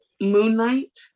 Moonlight